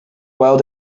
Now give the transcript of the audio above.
world